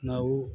ನಾವು